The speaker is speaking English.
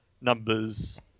numbers